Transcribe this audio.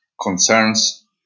concerns